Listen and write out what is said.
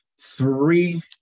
three